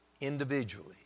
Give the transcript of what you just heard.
individually